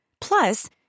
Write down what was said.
Plus